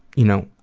you know,